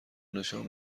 نشان